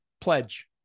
pledge